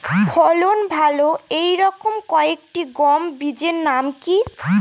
ফলন ভালো এই রকম কয়েকটি গম বীজের নাম কি?